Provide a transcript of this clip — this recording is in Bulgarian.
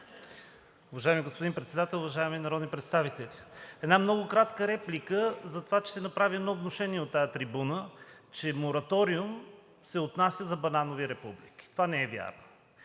Уважаеми господин Председател, уважаеми народни представители! Една много кратка реплика за това, че се направи едно внушение от тази трибуна, че мораториум се отнася за бананови републики. Това не е вярно.